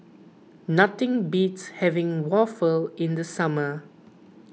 nothing beats having waffle in the summer